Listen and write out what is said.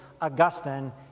Augustine